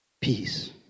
Peace